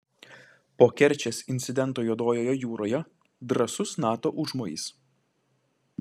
po kerčės incidento juodojoje jūroje drąsus nato užmojis